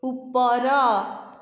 ଉପର